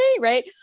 right